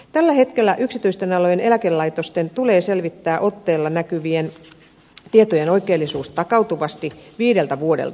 tällä hetkellä yksityisten alojen eläkelaitosten tulee selvittää otteella näkyvien tietojen oikeellisuus takautuvasti viideltä vuodelta